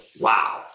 wow